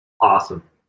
Awesome